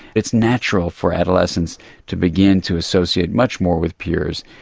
it's natural for adolescents to begin to associate much more with peers.